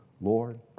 Lord